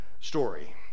story